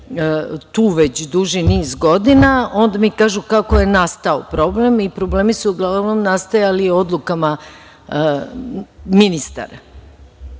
tu već duži niz godina, onda mi kažu kako je nastao problem. Problemi su, uglavnom, nastajali odlukama ministara